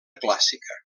clàssica